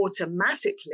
automatically